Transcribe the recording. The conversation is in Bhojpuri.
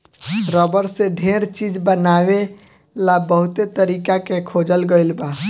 रबर से ढेर चीज बनावे ला बहुते तरीका के खोजल गईल बा